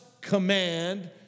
command